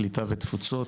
הקליטה והתפוצות.